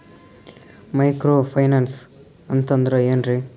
Micro finance ಅಂತಂದ್ರ ಏನ್ರೀ?